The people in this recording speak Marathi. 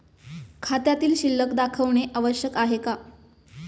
खात्यातील शिल्लक दाखवणे आवश्यक आहे का?